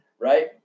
right